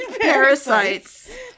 parasites